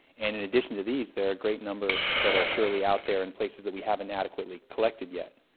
and in addition to these there are a great number that are surely out there in places that we haven't adequately collected yet.